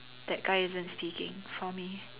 that guy isn't speaking for me